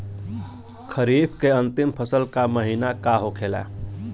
खरीफ के अंतिम फसल का महीना का होखेला?